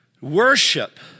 Worship